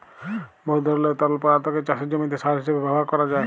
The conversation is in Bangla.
বহুত ধরলের তরল পদাথ্থকে চাষের জমিতে সার হিঁসাবে ব্যাভার ক্যরা যায়